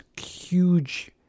huge